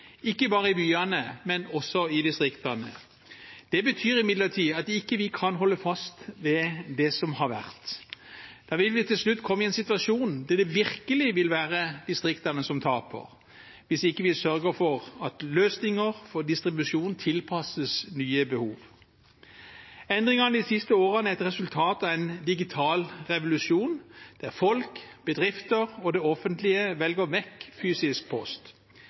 ikke bare i byene, men også i distriktene. Det betyr imidlertid at vi ikke kan holde fast ved det som har vært. Da vil vi til slutt komme i en situasjon der det virkelig vil være distriktene som taper, hvis vi ikke sørger for at løsninger for distribusjon tilpasses nye behov. Endringene de siste årene er et resultat av en digital revolusjon der folk, bedrifter og det offentlige velger vekk fysisk post.